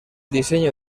diseño